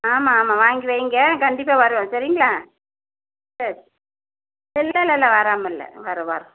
ஆமாம் ஆமாம் வாங்கி வைங்க கண்டிப்பாக வருவோம் சரிங்களா சரி இல்லைல்ல இல்லை வராமல் இல்லை வரோம் வரோம்